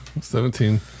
Seventeen